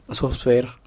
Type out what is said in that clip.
software